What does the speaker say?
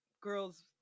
girls